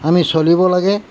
আমি চলিব লাগে